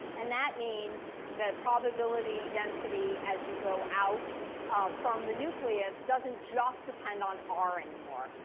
and that means the probability density as you go out from the nucleus doesn't just depend on r anymore.